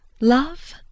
love